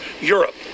Europe